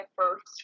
first